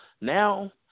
Now